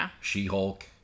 She-Hulk